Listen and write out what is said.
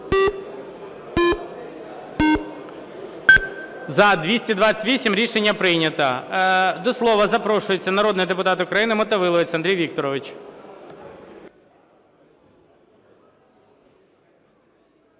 За-228 Рішення прийнято. До слова запрошується народний депутат України Мотовиловець Андрій Вікторович.